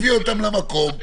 הביא אותם למקום,